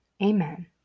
amen